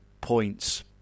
points